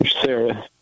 Sarah